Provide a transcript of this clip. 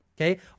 Okay